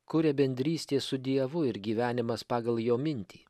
kuria bendrystė su dievu ir gyvenimas pagal jo mintį